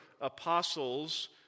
apostles